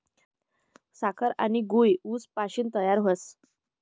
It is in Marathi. साखर आनी गूय ऊस पाशीन तयार व्हस